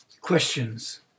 Questions